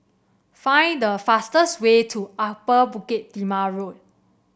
find the fastest way to Upper Bukit Timah Road